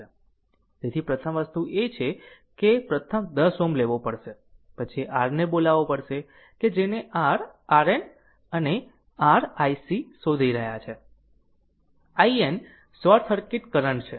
તેથી પ્રથમ વસ્તુ એ છે કે પ્રથમ 10 Ω લેવો પડશે પછી r ને બોલાવો પડશે કે જેને r RN અને r iSC શોધી રહ્યા છે IN શોર્ટ સર્કિટ કરંટ છે